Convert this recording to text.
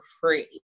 free